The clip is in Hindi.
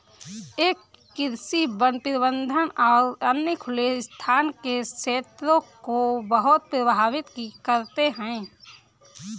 ये कृषि, वन प्रबंधन और अन्य खुले स्थान के क्षेत्रों को बहुत प्रभावित करते हैं